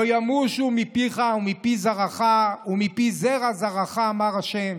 "לא ימושו מפיך ומפי זרעך ומפי זרע זרעך אמר ה'".